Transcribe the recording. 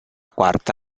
quarta